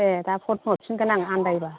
दे दा फन हरफिनगोन आं आनदायबा